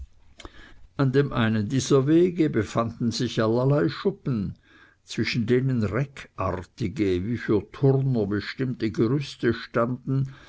an dem einen dieser wege befanden sich allerlei schuppen zwischen denen reckartige wie für turner bestimmte gerüste standen